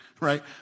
right